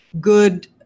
good